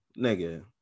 Nigga